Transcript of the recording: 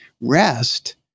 Rest